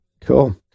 Cool